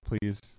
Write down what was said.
please